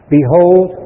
Behold